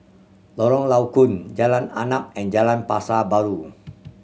Lorong Low Koon Jalan Arnap and Jalan Pasar Baru